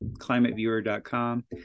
climateviewer.com